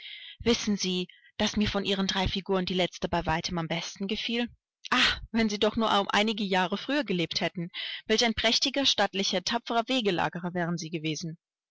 wissen sie daß mir von ihren drei figuren die letzte bei weitem am besten gefiel ah wenn sie doch um einige jahre früher gelebt hätten welch ein prächtiger stattlicher tapferer wegelagerer wären sie gewesen